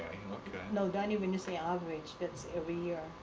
know, danny, when you say average, that's every year.